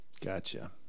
Gotcha